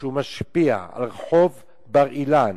והוא משפיע על רחוב בר-אילן,